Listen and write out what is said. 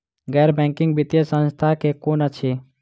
गैर बैंकिंग वित्तीय संस्था केँ कुन अछि?